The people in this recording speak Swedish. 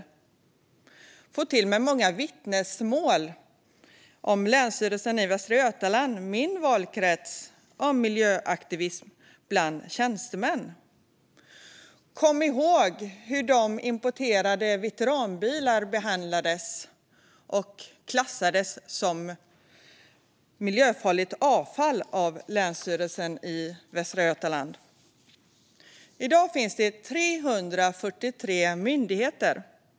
Jag får till mig många vittnesmål om miljöaktivism bland tjänstemän i Länsstyrelsen i Västra Götaland, som är min valkrets. Kom ihåg hur importerade veteranbilar behandlades - de klassades som miljöfarligt avfall av Länsstyrelsen i Västra Götaland! I dag finns 343 myndigheter.